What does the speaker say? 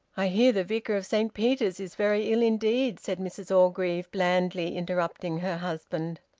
i hear the vicar of saint peter's is very ill indeed, said mrs orgreave, blandly interrupting her husband.